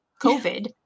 COVID